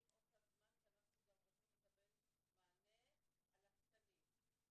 עוד זמן כי הם רוצים לקבל מענה על התקנים.